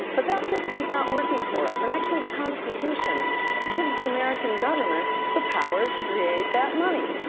but that system is not working for us, and actually, the constitution gives the american government the power to create that money.